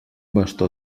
bastó